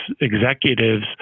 executives